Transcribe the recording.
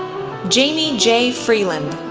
jamie j. freeland,